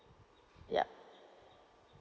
yup